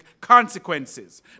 consequences